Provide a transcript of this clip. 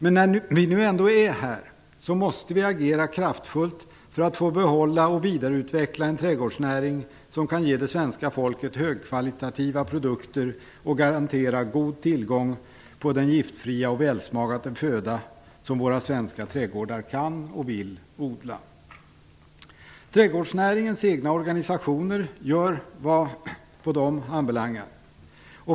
Men när vi nu ändå befinner oss i denna situation måste vi agera kraftfullt för att få behålla och vidareutveckla en trädgårdsnäring som kan ge det svenska folket högkvalitativa produkter samt garantera god tillgång på den giftfria och välsmakande föda som våra svenska trädgårdar kan och vill odla. Trädgårdsnäringens egna organisationer gör vad som på dem ankommer.